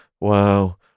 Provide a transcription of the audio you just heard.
Wow